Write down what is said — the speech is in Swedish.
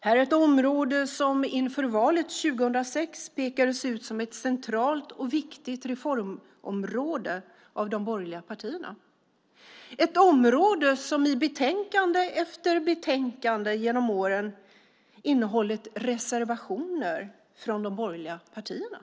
Det är ett område som inför valet 2006 pekades ut som ett centralt och viktigt reformområde av de borgerliga partierna - ett område som i betänkande efter betänkande genom åren innehållit reservationer från de borgerliga partierna.